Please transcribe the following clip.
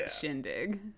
shindig